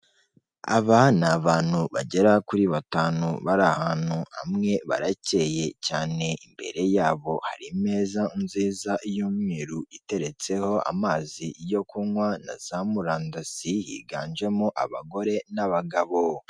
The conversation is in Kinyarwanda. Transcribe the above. Aba ni abantu bagera kuri batanu bari ahantu hamwe baracyeye cyane, imbere yabo hari ameza nziza y'umweru iteretseho amazi yo kunywa na za murandasi, higanjemo abagore n'abagabo.